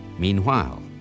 Meanwhile